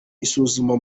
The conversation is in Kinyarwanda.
isuzuma